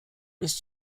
bis